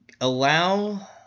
allow